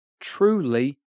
truly